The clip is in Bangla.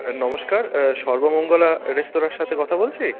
নমস্কার সর্বমঙ্গলা রেস্তোরাঁর সাথে কথা বলছি